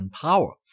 power